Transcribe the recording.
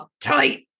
tight